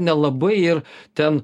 nelabai ir ten